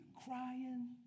crying